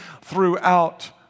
throughout